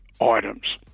items